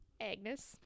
Agnes